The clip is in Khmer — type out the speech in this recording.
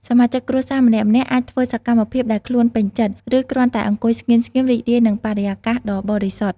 សមាជិកគ្រួសារម្នាក់ៗអាចធ្វើសកម្មភាពដែលខ្លួនពេញចិត្ត ឬគ្រាន់តែអង្គុយស្ងៀមៗរីករាយនឹងបរិយាកាសដ៏បរិសុទ្ធ។